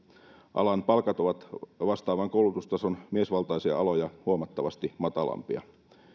alan palkat ovat vastaavan koulutustason miesvaltaisia aloja huomattavasti matalampia